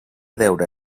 deure